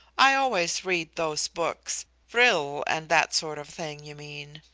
i always read those books. vril, and that sort of thing, you mean?